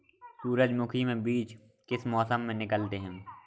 सूरजमुखी में बीज किस मौसम में निकलते हैं?